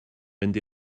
mynd